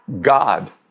God